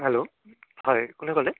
hello হয় কোনে ক'লে